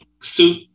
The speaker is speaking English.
soup